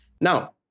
Now